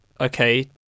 okay